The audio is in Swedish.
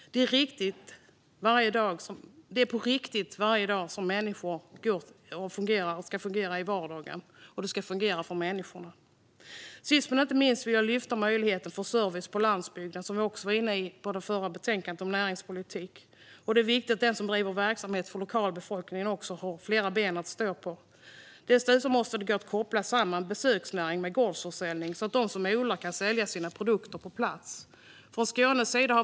Det är på riktigt som människor ska kunna fungera i vardagen, och den ska fungera för dem. Sist men inte minst vill jag lyfta fram möjligheten till service på landsbygden, som vi var inne på i den förra debatten om näringspolitik. Det är viktigt att den som bedriver verksamhet för lokalbefolkningen har flera ben att stå på. Det måste gå att koppla samman besöksnäring med gårdsförsäljning så att de som odlar kan sälja sina produkter på plats.